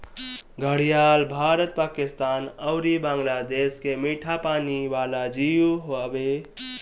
घड़ियाल भारत, पाकिस्तान अउरी बांग्लादेश के मीठा पानी वाला जीव हवे